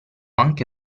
anche